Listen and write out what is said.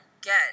get